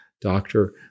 doctor